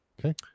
okay